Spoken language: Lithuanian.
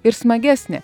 ir smagesnė